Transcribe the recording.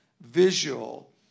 visual